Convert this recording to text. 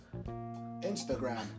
Instagram